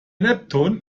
neptun